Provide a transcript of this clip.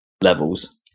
levels